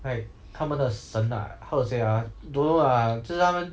like 他们的神 ah how to say ah don't know lah 就是他们